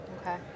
Okay